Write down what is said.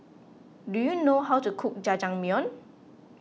do you know how to cook Jajangmyeon